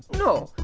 no,